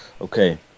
Okay